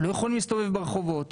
הם לא יכולים להסתובב ברחובות,